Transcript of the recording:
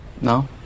No